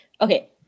okay